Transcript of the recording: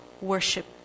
worship